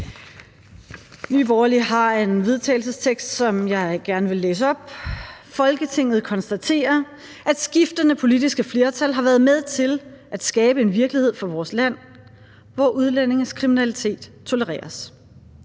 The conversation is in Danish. Nye Borgerlige har et forslag til vedtagelse, som jeg vil gerne læse op: Forslag til vedtagelse »Folketinget konstaterer, at skiftende politiske flertal har været med til at skabe en virkelighed for vores land, hvor udlændinges kriminalitet tolereres.